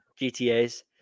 GTAs